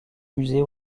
musée